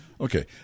Okay